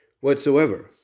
whatsoever